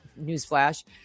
newsflash